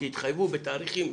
כי התחייבו בתאריכים מיוחדים.